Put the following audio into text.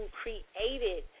created